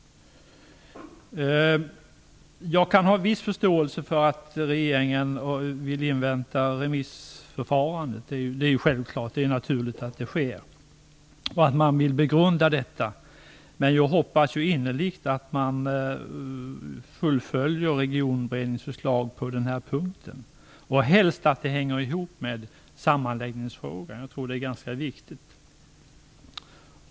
Jag kan ha viss förståelse för att regeringen vill invänta remissförfarandet och begrunda detta. Det är självklart, och det är naturligt att det sker. Men jag hoppas innerligt att man fullföljer Regionberedningens förslag på den här punkten och helst så att det hänger ihop med sammanläggningsfrågan. Jag tror att det är ganska viktigt.